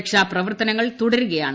രക്ഷാപ്രവർത്തനങ്ങൾ തുടരുകയാണ്